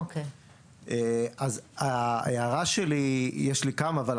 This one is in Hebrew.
יש לי כמה הערות,